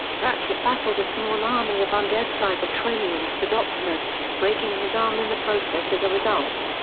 ratchet battles a small army of undead cybertronians with optimus, breaking his arm in the process as a result.